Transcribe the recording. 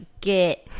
get